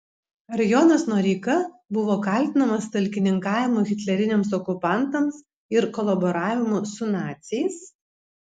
ar jonas noreika buvo kaltinamas talkininkavimu hitleriniams okupantams ir kolaboravimu su naciais